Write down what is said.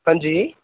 ਹਾਂਜੀ